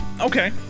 Okay